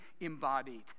embodied